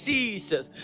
Jesus